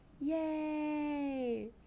Yay